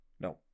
No